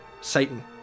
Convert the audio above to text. Satan